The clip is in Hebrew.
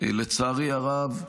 לצערי הרב,